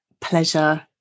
pleasure